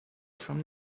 from